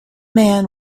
man